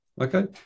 Okay